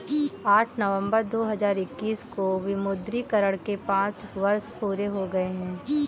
आठ नवंबर दो हजार इक्कीस को विमुद्रीकरण के पांच वर्ष पूरे हो गए हैं